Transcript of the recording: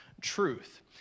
truth